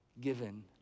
given